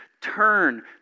turn